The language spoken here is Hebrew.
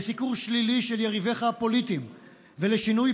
לסיקור שלילי של יריביך הפוליטיים ולשינוי